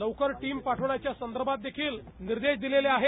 लवकर टिम पाठवण्याच्या संदर्भात देखील निर्दश दिले आहेत